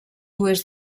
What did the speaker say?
oest